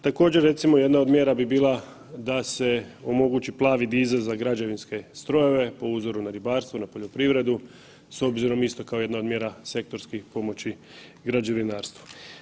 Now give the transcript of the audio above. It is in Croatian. Također recimo jedna od mjera bi bila da se omogući plavi disel za građevinske strojeve po uzoru na ribarstvo, na poljoprivredu, s obzirom isto kao jedna od mjera sektorskih pomoći građevinarstvu.